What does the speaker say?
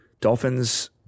Dolphins